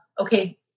okay